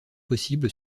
possible